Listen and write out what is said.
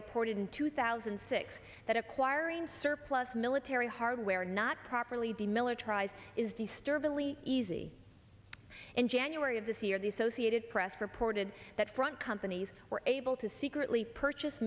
reported in two thousand and six that acquiring surplus military hardware not properly demilitarized is disturbingly easy in january of this year the associated press reported that front companies were able to secretly purchase